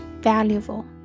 valuable